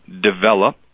develop